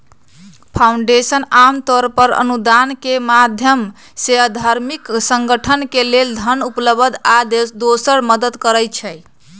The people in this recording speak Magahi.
फाउंडेशन आमतौर पर अनुदान के माधयम से धार्मिक संगठन के लेल धन उपलब्ध आ दोसर मदद करई छई